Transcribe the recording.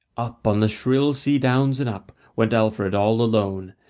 up on the shrill sea-downs and up went alfred all alone,